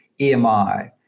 EMI